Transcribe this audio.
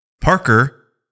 Parker